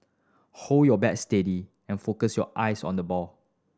hold your bat steady and focus your eyes on the ball